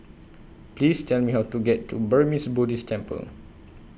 Please Tell Me How to get to Burmese Buddhist Temple